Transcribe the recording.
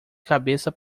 cabeça